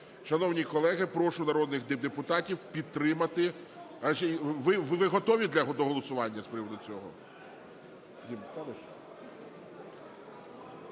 Шановні колеги, прошу народних депутатів підтримати. Ви готові до голосування з приводу цього?